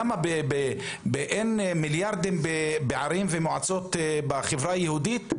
למה, אין מיליארדים בערים ובמועצות בחברה היהודית?